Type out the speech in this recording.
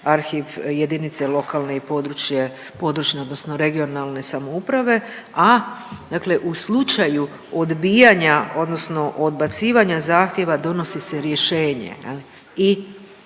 arhiv jedinice lokalne i područne, područne odnosno regionalne samouprave, a dakle u slučaju odbijanja odnosno odbacivanja zahtjeva donosi se rješenje